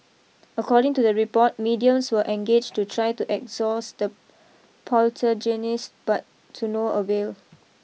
according to the report mediums were engaged to try to exorcise the poltergeists but to no avail